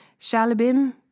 Shalabim